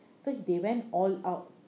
so they went all out